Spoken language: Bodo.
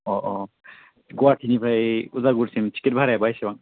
अ अ गुवाहाटिनिफ्राय उदालगुरिसिम टिकेट भारायाबा बेसेबां